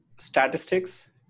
statistics